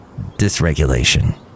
dysregulation